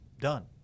done